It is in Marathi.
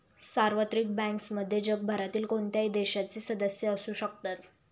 सार्वत्रिक बँक्समध्ये जगभरातील कोणत्याही देशाचे सदस्य असू शकतात